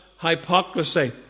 hypocrisy